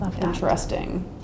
interesting